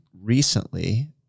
recently